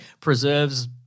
preserves